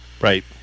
Right